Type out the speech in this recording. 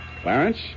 Clarence